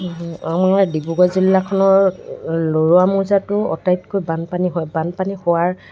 আমাৰ ডিব্ৰুগড় জিলাখনৰ লৰুৱা মৌজাটোৰ আটাইতকৈ বানপানী হয় বানপানী হোৱাৰ